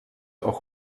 auch